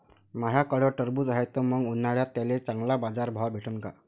माह्याकडं टरबूज हाये त मंग उन्हाळ्यात त्याले चांगला बाजार भाव भेटन का?